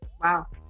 Wow